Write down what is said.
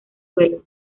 suelo